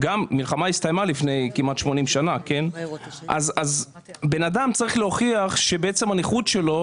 המלחמה הסתיימה לפני כמעט 80 שנים אז אדם צריך להוכיח שהנכות שלו,